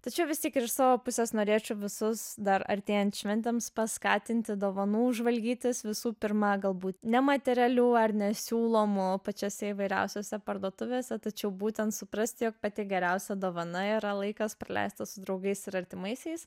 tačiau vis tik ir iš savo pusės norėčiau visus dar artėjant šventėms paskatinti dovanų žvalgytis visų pirma galbūt nematerialių ar nesiūlomų pačiose įvairiausiose parduotuvėse tačiau būtent suprasti jog pati geriausia dovana yra laikas praleistas su draugais ir artimaisiais